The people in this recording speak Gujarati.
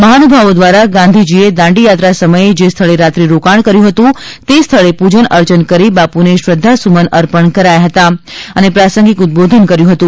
મહાનુભાવો દ્વારા ગાંધીજીએ દાંડીયાત્રા સમયે જે સ્થળે રાત્રી રોકાણ કર્યુ હતું તે સ્થળે પૂજન અર્ચન કરી બાપુને શ્રદ્ધા સુમન અર્પણ કરાયા હતાં અને પ્રાસંગિક ઉદબીધન કર્યું હતું